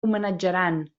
homenatjaran